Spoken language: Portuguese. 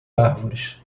árvores